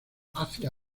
hacia